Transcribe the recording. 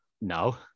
No